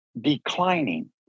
declining